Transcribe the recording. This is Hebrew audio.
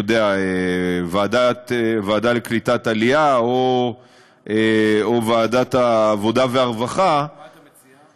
בוועדת העלייה והקליטה או ועדת העבודה והרווחה מה אתה מציע?